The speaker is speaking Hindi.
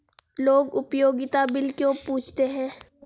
लोग उपयोगिता बिल क्यों पूछते हैं?